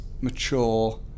mature